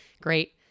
great